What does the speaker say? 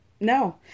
No